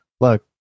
look